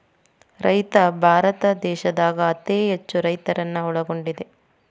ರೈತ ಭಾರತ ದೇಶದಾಗ ಅತೇ ಹೆಚ್ಚು ರೈತರನ್ನ ಒಳಗೊಂಡಿದೆ